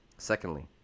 Secondly